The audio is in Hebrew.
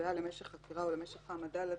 שנקבעה למשך חקירה או למשך העמדה לדין,